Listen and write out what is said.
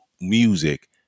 music